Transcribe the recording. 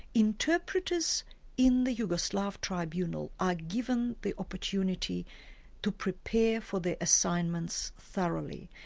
interpreters in the yugoslav tribunal are given the opportunity to prepare for their assignments thoroughly.